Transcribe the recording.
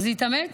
אז להתאמץ?